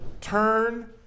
Turn